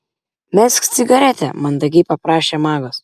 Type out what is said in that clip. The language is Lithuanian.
mesk cigaretę mandagiai paprašė magas